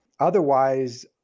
Otherwise